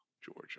Georgia